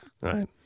right